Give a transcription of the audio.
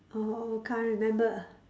oh can't remember